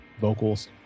vocals